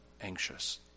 anxious